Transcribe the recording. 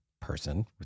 person